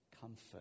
comfort